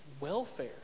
welfare